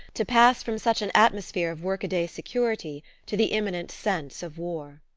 to pass from such an atmosphere of workaday security to the imminent sense of war.